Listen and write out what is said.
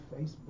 Facebook